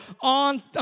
on